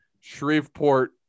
Shreveport